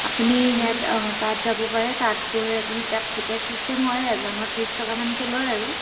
আপুনি হেৰিয়াত অঁ তাত যাব পাৰে তাত গৈ আপুনি তাত টিকেট ছিষ্টেম হয় এজনৰ ত্ৰিছ টকামানকে লয় আৰু